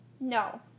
No